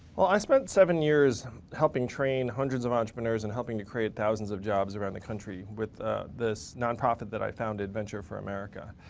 well, i spent seven years helping train hundreds of entrepreneurs and helping to create thousands of jobs around the country with this nonprofit that i founded venture for america.